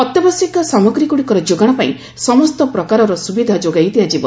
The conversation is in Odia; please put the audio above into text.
ଅତ୍ୟାବଶ୍ୟକ ସାମଗ୍ରୀଗୁଡ଼ିକର ଯୋଗାଣ ପାଇଁ ସମସ୍ତ ପ୍ରକାରର ସୁବିଧା ଯୋଗାଇ ଦିଆଯିବ